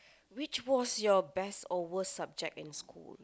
which was your best overall subject in school